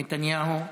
נתניהו.